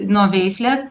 nuo veislės